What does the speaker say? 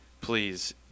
please